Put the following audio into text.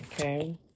okay